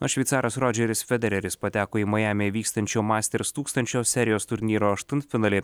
o šveicaras rodžeris federeris pateko į majamyje vykstančio masters tūkstančio serijos turnyro aštuntfinalį